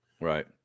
Right